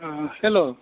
hello